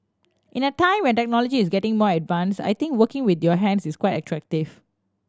in a time where technology is getting more advanced I think working with your hands is quite attractive